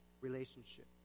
relationship